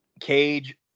Cage